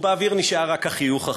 ובאוויר נשאר רק החיוך החביב.